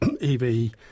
EV